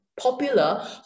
popular